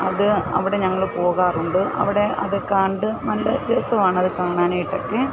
അത് അവിടെ ഞങ്ങൾ പോകാറുണ്ട് അവിടെ അതുകൊണ്ട് നല്ല രസമാണത് കാണാനായിട്ടൊക്കെ